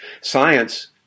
Science